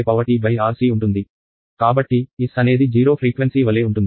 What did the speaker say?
కాబట్టి s అనేది 0 frequency వలే ఉంటుంది